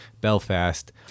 belfast